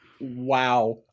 Wow